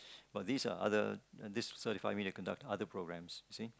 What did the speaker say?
but these are other and this certify me to conduct other programs you see